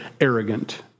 Arrogant